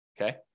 okay